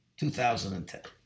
2010